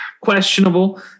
questionable